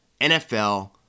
NFL